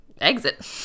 exit